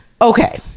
okay